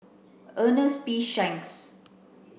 Ernest P Shanks